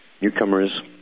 Newcomers